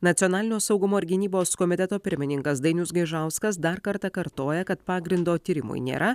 nacionalinio saugumo ir gynybos komiteto pirmininkas dainius gaižauskas dar kartą kartoja kad pagrindo tyrimui nėra